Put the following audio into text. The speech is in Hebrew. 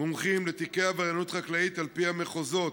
מומחים לתיקי עבריינות חקלאית לפי המחוזות.